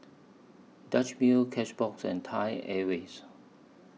Dutch Mill Cashbox and Thai Airways